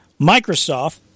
Microsoft